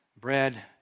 bread